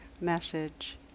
message